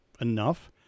enough